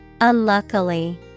unluckily